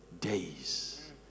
days